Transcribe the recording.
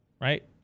right